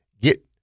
get